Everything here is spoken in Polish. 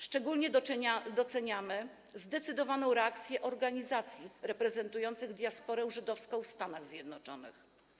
Szczególnie doceniamy zdecydowaną reakcję organizacji reprezentujących diasporę żydowską w Stanach Zjednoczonych.